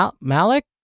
Malik